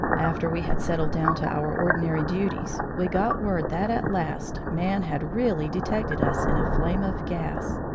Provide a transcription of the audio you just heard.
after we had settled down to our ordinary duties, we got word that at last man had really detected us in a flame of gas.